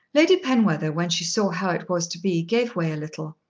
lady penwether, when she saw how it was to be gave way a little.